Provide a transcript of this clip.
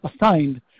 assigned